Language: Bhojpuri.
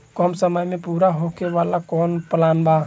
कम समय में पूरा होखे वाला कवन प्लान बा?